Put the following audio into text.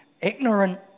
ignorant